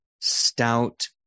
stout